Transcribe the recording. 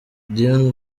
dion